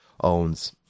owns